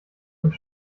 und